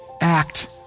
act